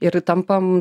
ir tampam